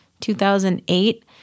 2008